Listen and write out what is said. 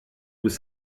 was